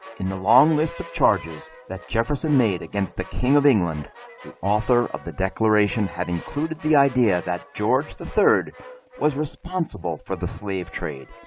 in the long list of charges that jefferson made against the king of england, the author of the declaration had included the idea that george the third was responsible for the slave trade,